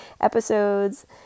episodes